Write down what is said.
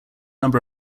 number